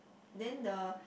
then the